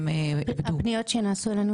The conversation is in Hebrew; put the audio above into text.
הפניות שנעשו אלינו,